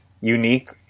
unique